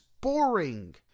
boring